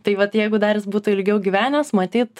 tai vat jeigu dar jis būtų ilgiau gyvenęs matyt